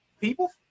people